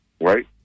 right